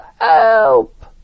Help